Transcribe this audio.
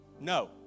no